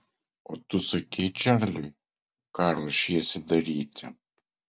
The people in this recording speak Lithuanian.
o tu sakei čarliui ką ruošiesi daryti